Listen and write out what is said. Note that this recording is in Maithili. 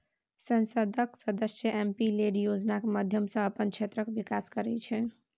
संसदक सदस्य एम.पी लेड योजनाक माध्यमसँ अपन क्षेत्रक बिकास करय छै